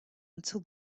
until